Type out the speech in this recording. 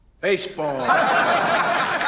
Baseball